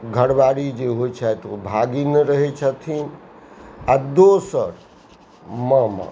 घरवारि जे होइ छथि ओ भागिन रहै छथिन आओर दोसर मामा